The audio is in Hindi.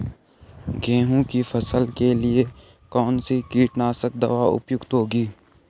गेहूँ की फसल के लिए कौन सी कीटनाशक दवा उपयुक्त होगी?